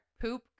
poop